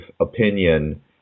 opinion